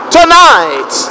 Tonight